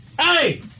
hey